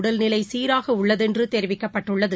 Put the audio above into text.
உடல்நிலைசீராகஉள்ளதென்றுதெரிவிக்கப்பட்டுள்ளது